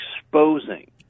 exposing